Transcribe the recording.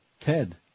Ted